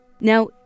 Now